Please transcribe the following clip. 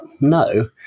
no